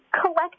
collect